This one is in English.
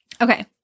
Okay